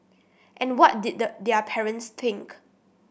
and what did the their parents think